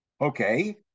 Okay